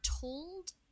told